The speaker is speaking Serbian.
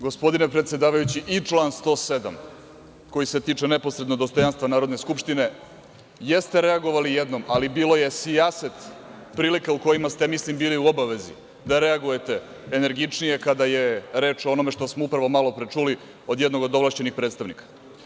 Gospodine predsedavajući i član 107. koji se tiče neposredno dostojanstva Narodne skupštine, jeste reagovali jednom, ali bilo je sijaset prilika u kojima ste, ja mislim bili u obavezi da reagujete energičnije kada je reč o onome što smo upravo malopre čuli od jednog od ovlašćenog predstavnika.